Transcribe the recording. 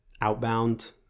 outbound